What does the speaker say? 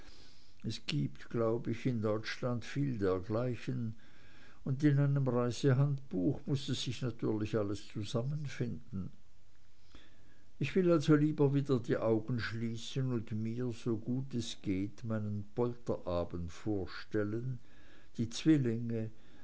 es gibt glaub ich in deutschland viel dergleichen und in einem reisehandbuch muß es sich natürlich alles zusammenfinden ich will also lieber wieder die augen schließen und mir so gut es geht meinen polterabend vorstellen die zwillinge